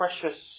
precious